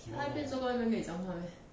她一边做工一边跟你讲话 meh